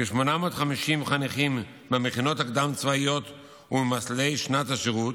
כ-850 חניכים במכינות הקדם-צבאיות וממסלולי שנת השירות,